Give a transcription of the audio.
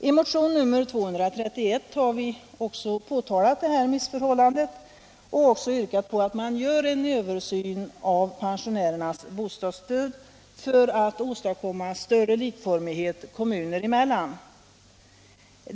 I motionen 231 har vi påtalat detta missförhållande och också yrkat på att man gör en översyn av pensionärernas bostadsstöd för att åstadkomma större likformighet kommuner emellan.